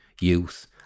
youth